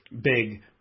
Big